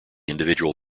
individual